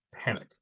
panic